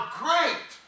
great